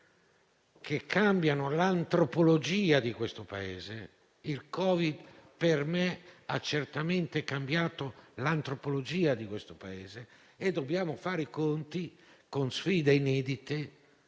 che mutano l'antropologia di questo Paese. Il Covid-19, per me, ha certamente cambiato l'antropologia di questo Paese e dobbiamo fare i conti con sfide inedite